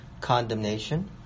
condemnation